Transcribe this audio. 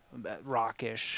rockish